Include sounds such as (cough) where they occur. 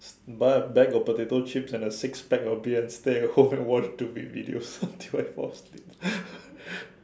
buy bag of a potato chips and a six pack of beer and stay at home and watch stupid videos until I fall asleep (laughs)